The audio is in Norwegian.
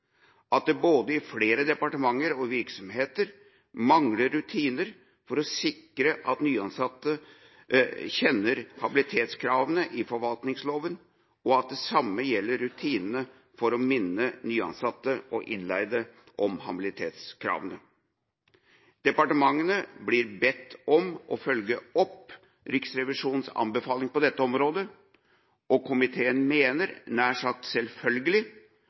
at det både i flere departementer og virksomheter mangler rutiner for å sikre at nyansatte kjenner habilitetskravene i forvaltningsloven, og at det samme gjelder rutinene for å minne nyansatte og innleide om habilitetskravene. Departementene blir bedt om å følge opp Riksrevisjonens anbefaling på dette området, og komiteen mener – nær sagt selvfølgelig